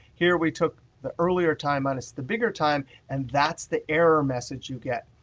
here, we took the earlier time minus the bigger time and that's the error message you get.